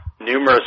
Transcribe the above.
numerous